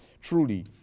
Truly